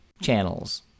channels